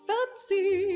Fancy